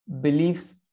beliefs